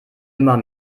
immer